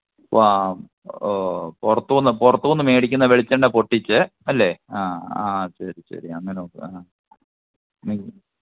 വാ ഓ പുറത്തൂന്ന് പുറത്തൂന്ന് മേടിക്കുന്ന വെളിച്ചെണ്ണ പൊട്ടിച്ച് അല്ലെ ആ ആ ശരി ശരി അങ്ങനെ ഒക്കെയാണ്